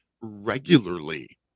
regularly